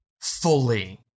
fully